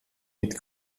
mit